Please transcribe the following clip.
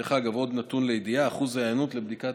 דרך אגב, עוד נתון לידיעה: שיעור ההיענות לבדיקת